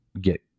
get